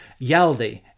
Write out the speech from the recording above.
Yaldi